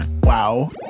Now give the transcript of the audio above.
Wow